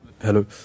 Hello